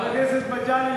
חבר הכנסת מגלי,